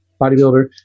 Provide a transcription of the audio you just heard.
bodybuilder